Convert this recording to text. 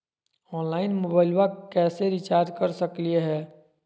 Online मोबाइलबा कैसे recharge कर सकलिए है?